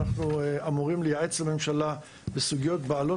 אנחנו אמורים לייעץ לממשלה בסוגיות בעלות